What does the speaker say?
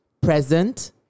present